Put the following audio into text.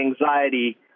anxiety